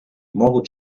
мову